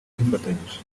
dufatanyije